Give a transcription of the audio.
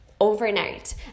overnight